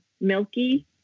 milky